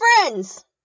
friends